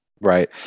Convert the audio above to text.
Right